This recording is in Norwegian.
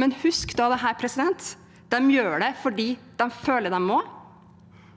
Men husk da dette: De gjør det fordi de føler de må,